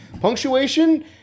punctuation